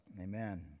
Amen